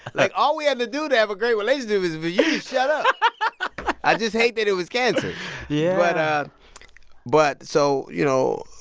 like, all we had to do to have a great relationship was for you to shut up i just hate that it was cancer yeah but so, you know,